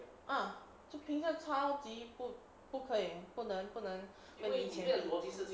嗯就平常超级不可以不能不能跟以前一样